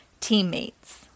Teammates